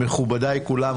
מכובדיי כולם,